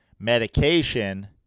medication